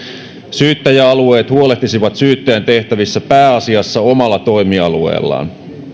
syyttäjäalueet huolehtisivat syyttäjän tehtävistä pääasiassa omalla toimialueellaan